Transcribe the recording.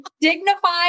dignified